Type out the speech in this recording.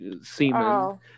semen